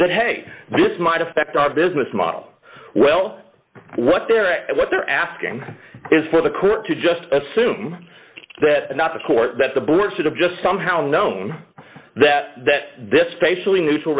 that hey this might affect our business model well what they're what they're asking is for the court to just assume that not the court that the board should have just somehow known that that this